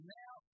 now